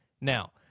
Now